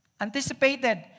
anticipated